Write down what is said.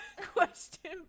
Question